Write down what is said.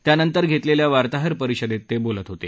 त्यानंतर घेतलेल्या वार्ताहर परिषदेत ते बोलत होते